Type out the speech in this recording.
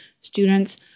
students